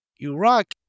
Iraq